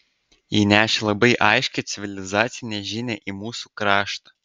ji nešė labai aiškią civilizacinę žinią į mūsų kraštą